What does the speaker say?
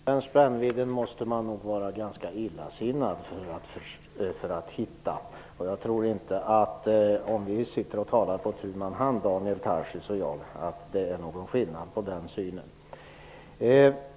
Herr talman! Man måste nog vara ganska illasinnad för att hitta den spännvidden. Om Daniel Tarschys och jag sitter och diskuterar på tu man hand tror jag inte att vi kan hitta någon skillnad i synen.